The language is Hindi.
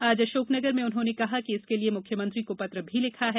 आज अशोकनगर में उन्होंने कहा कि इसके लिए मुख्यमंत्री को पत्र भी लिखा है